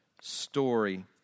story